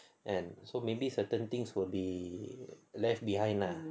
kan so maybe certain things will be left behind lah